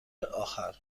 آخر